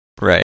Right